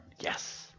Yes